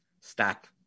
stack